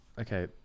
Okay